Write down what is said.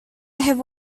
have